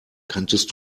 kanntest